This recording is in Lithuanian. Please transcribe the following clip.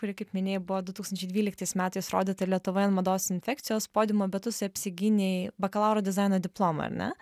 kuri kaip minėjai buvo du tūkstančiai dvyliktais metais rodyta lietuvoje ant mados infekcijos podiumo bet tu su ja apsigynei bakalauro dizaino diplomą ar ne